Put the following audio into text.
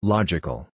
Logical